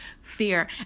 fear